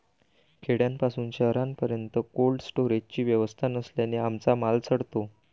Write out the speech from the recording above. खेड्यापासून शहरापर्यंत कोल्ड स्टोरेजची व्यवस्था नसल्याने आमचा माल सडतो